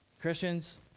Christians